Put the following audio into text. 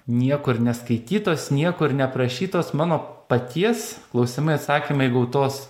niekur neskaitytos niekur neaprašytos mano paties klausimai atsakymai gautos